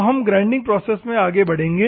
तो हम grinding process में आगे बढ़ेंगे